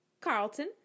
Carlton